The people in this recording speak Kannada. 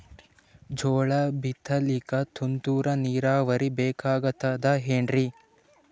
ಜೋಳ ಬಿತಲಿಕ ತುಂತುರ ನೀರಾವರಿ ಬೇಕಾಗತದ ಏನ್ರೀ?